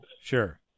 Sure